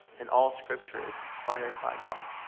and all scripture is inspired by god,